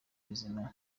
bizima